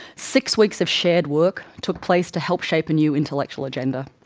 six weeks of shared work took place to help shape a new intellectual agenda.